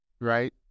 right